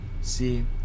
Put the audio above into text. See